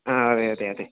ആ അതെ അതെ അതെ